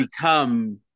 become